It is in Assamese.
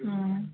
অঁ